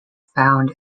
found